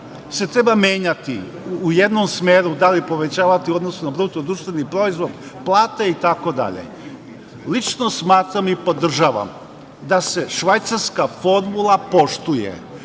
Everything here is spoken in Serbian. se treba menjati u jednom smeru, da li povećavati u odnosu na BDP plate itd. Lično smatram i podržavam da se švajcarska formula poštuje,